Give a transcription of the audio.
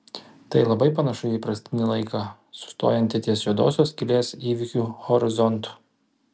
tai labai panašu į įprastinį laiką sustojantį ties juodosios skylės įvykių horizontu